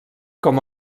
com